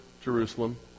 Jerusalem